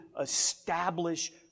establish